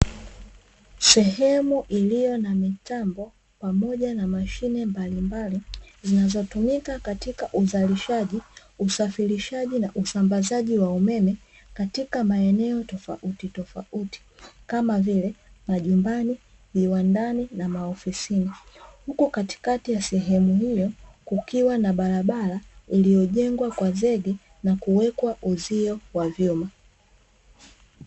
Sehemu iliyo na mitambo pamoja na mashine mbalimbali zinazotumika katika uzalishaji, usafirishaji na usambazaji wa umeme katika maeneo tofauti tofauti kama vile majumbani viwandani na maofisini huko katikati ya sehemu hiyo kukiwa na barabara iliyojengwa kwa zege na kuwekwa uzio wa vyuma.